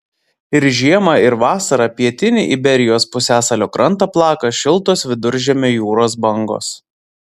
ir žiemą ir vasarą pietinį iberijos pusiasalio krantą plaka šiltos viduržemio jūros bangos